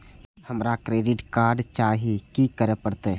हमरा credit card चाही की करे परतै?